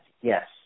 Yes